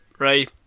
Right